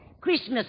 Christmas